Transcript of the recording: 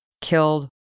killed